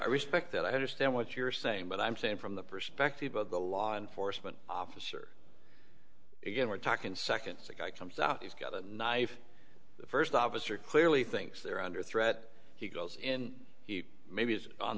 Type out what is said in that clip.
i respect that i understand what you're saying but i'm saying from the perspective of the law enforcement officer again we're talking seconds a guy comes out he's got a knife the first officer clearly thinks they're under threat he goes in he maybe is on